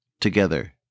together